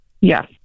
Yes